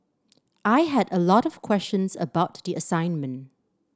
I had a lot of questions about the assignment